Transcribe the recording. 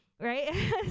right